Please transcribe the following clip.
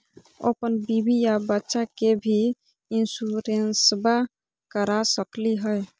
अपन बीबी आ बच्चा के भी इंसोरेंसबा करा सकली हय?